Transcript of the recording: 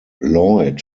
lloyd